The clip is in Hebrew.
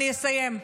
אני אסיים.